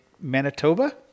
Manitoba